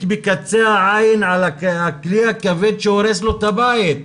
בקצה העין על הכלי הכבד שהורס לו את הבית,